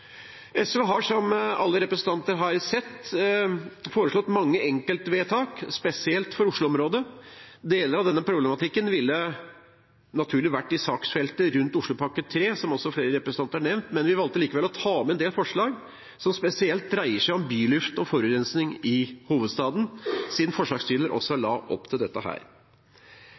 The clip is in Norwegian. SV har – som alle representantene har sett – foreslått mange enkeltvedtak, spesielt for Oslo-området. Deler av denne problematikken ville naturlig vært i saksfeltet rundt Oslopakke 3, som flere representanter har nevnt, men vi valgte likevel å ta med en del forslag som spesielt dreier seg om byluft og forurensing i hovedstaden, siden forslagsstilleren også la opp til